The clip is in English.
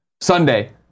Sunday